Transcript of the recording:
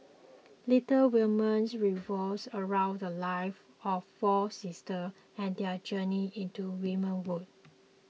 Little Women revolves around the lives of four sisters and their journey into womanhood